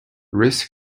risk